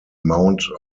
mount